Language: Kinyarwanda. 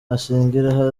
ashingiraho